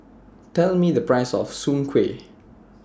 Tell Me The Price of Soon Kway